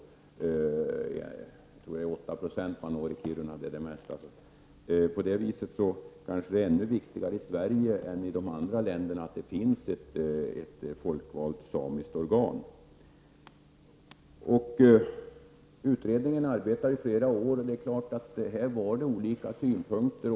Jag tror att samerna utgör 8 20 av befolkningen i Kiruna, vilket är den plats där samerna procentuellt sett har sin största befolkning jämfört med andra platser i landet. Därför kanske det är ännu viktigare i Sverige än i övriga nordiska länder att det finns ett folkvalt samiskt organ. Utredningen har arbetat i flera år, och det är klart att det finns olika synpunkter.